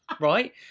right